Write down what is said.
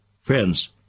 friends